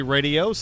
Radio